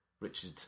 Richard